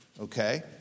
okay